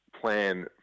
plan